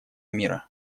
мира